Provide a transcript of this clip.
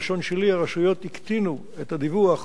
בלשון שלי, הרשויות הקטינו את הדיווח